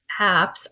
apps